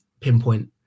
pinpoint